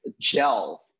gel